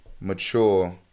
mature